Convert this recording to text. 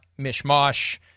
mishmash